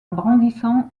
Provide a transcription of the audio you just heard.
brandissant